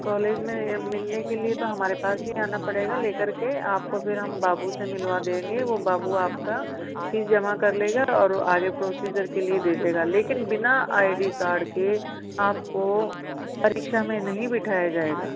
college में मिलने के लिए तो हमारे पास ही आना पड़ेंगा लेकर के आपको फिर हम बाबू से मिलवा देंगे वो बाबू आपका फीस जमा कर लेगा और आगे प्रोसीजर के लिए दे देगा लेकिन बिना आई डी कार्ड के आपको परीक्षा में नहीं बिठाया जाएगा